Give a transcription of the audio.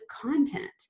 content